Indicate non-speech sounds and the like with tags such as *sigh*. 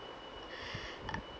*breath*